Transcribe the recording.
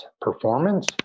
performance